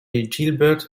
gilbert